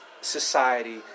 society